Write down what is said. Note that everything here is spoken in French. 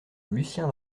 lucien